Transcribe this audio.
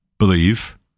believe